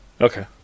Okay